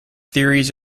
theories